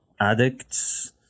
addicts